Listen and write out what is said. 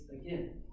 again